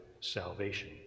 salvation